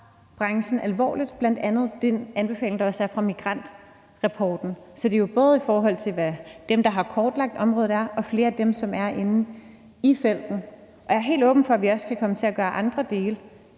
branchen, alvorligt. Det gælder bl.a. den anbefaling, der kommer fra migrantrapporten. Så det er jo både i forhold til dem, der har kortlagt området, og i forhold til flere af dem, som er i felten. Jeg er helt åben for, at vi også kan komme til at gøre andre dele;